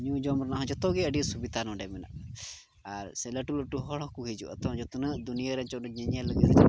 ᱧᱩ ᱡᱚᱝ ᱨᱮᱱᱟᱜ ᱦᱚᱸ ᱡᱚᱛᱚ ᱜᱮ ᱟᱹᱰᱤ ᱥᱩᱵᱤᱫᱷᱟ ᱱᱚᱰᱮ ᱢᱮᱱᱟᱜᱼᱟ ᱟᱨ ᱥᱮ ᱞᱟᱹᱴᱩ ᱞᱟᱹᱴᱩ ᱦᱚᱲ ᱦᱚᱸᱠᱚ ᱦᱤᱡᱩᱜᱼᱟ ᱛᱚ ᱛᱤᱱᱟᱹᱜ ᱫᱩᱱᱤᱭᱟᱹ ᱨᱮ ᱧᱮᱧᱮᱞ ᱠᱚ ᱦᱤᱡᱩᱜᱼᱟ